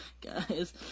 guys